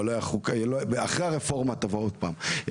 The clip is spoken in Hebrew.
אחרי הרפורמה תבוא עוד פעם.